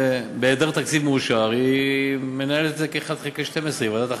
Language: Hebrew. בהיעדר תקציב מאושר היא מנהלת את זה כ-1 חלקי 12 עם ועדת החריגים,